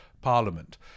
parliament